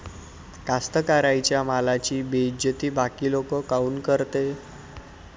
कास्तकाराइच्या मालाची बेइज्जती बाकी लोक काऊन करते?